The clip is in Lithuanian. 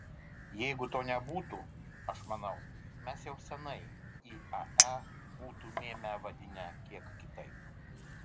jeigu to nebūtų aš manau mes jau senai iae būtumėme vadinę kiek kitaip